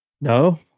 No